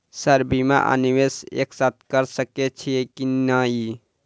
Sir बीमा आ निवेश एक साथ करऽ सकै छी की न ई?